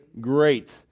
Great